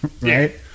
Right